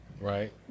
right